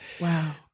Wow